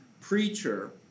preacher